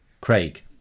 Craig